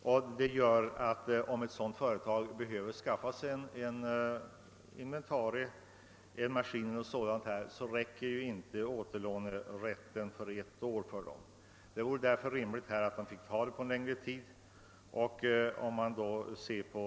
Om ett sådant företag behöver skaffa sig några inventarier, en maskin eller dylikt, räcker alltså inte återlånerätten på ett år för detta ändamål. Det vore därför rimligt om denna typ av företag finge tillgodoräkna sig en längre tid.